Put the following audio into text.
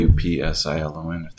Upsilon